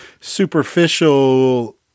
superficial